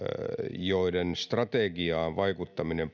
joiden strategiaan vaikuttaminen